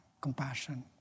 compassion